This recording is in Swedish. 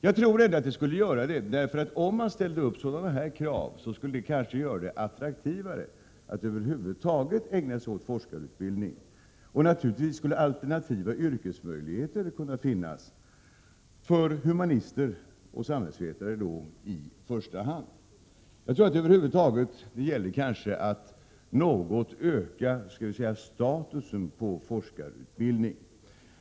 Jag tror att det skulle vara till hjälp, därför att om man ställde upp sådana krav skulle det bli attraktivt att över huvud taget ägna sig åt forskarutbildning. Naturligtvis skulle då alternativa yrkesmöjligheter kunna finnas för i första hand humanister och samhällsvetare. Jag tror att det allmänt gäller att något öka låt oss säga statusen på forskarutbildningen.